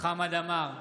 חמד עמאר,